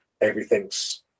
everything's